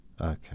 Okay